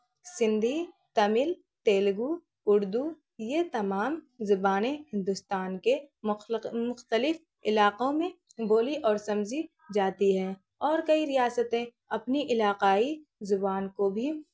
سندھی تمل تیلگو اردو یہ تمام زبانیں ہندوستان کے مختلف علاقوں میں بولی اور سمجھی جاتی ہیں اور کئی ریاستیں اپنی علاقائی زبان کو بھی